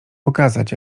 pokazać